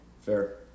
Fair